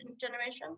generation